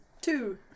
two